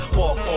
walk